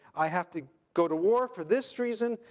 i have to go to war for this reason.